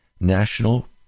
national